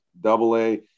double-A